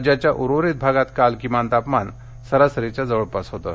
राज्याच्या उर्वरित भागात काल किमान तापमान सरासरीच्या जवळपास होतं